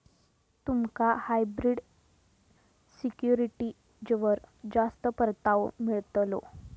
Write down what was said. तुमका हायब्रिड सिक्युरिटीजवर जास्त परतावो मिळतलो